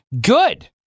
Good